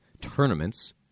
tournaments